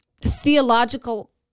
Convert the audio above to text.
theological